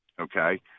okay